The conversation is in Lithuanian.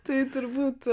tai turbūt